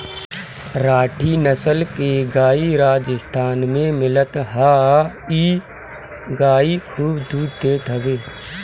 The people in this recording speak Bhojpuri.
राठी नसल के गाई राजस्थान में मिलत हअ इ गाई खूब दूध देत हवे